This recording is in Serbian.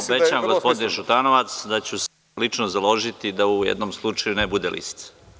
Evo, obećavam gospodine Šutanovac, da ću se lično založiti da u jednom slučaju ne bude lisica.